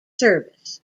service